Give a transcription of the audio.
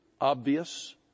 obvious